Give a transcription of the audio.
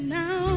now